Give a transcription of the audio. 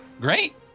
Great